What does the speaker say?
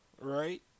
right